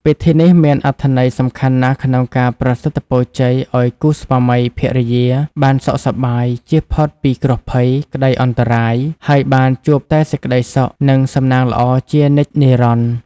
ពិធីនេះមានអត្ថន័យសំខាន់ណាស់ក្នុងការប្រសិទ្ធិពរជ័យឱ្យគូស្វាមីភរិយាបានសុខសប្បាយ ចៀសផុតពីគ្រោះភ័យ ក្តីអន្តរាយ ហើយបានជួបតែសេចក្តីសុខ និងសំណាងល្អជានិច្ចនិរន្តរ៍ ។